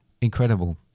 incredible